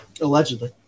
Allegedly